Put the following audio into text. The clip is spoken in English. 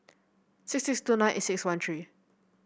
six six two nine eight six one three